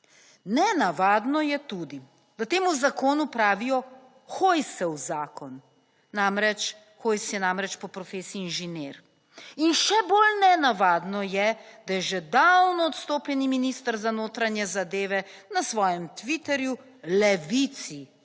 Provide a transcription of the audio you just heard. Nenavadno je tudi v tem zakonu pravijo Hojsov zakon, namreč Hojs je po profesiji inženir in še bolj nenavadno je, da je že davno odstopljeni minister za notranje zadeve na svojem Twitterju Levici,